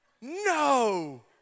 No